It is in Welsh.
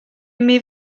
imi